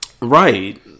Right